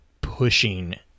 pushing